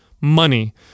money